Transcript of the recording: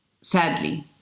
sadly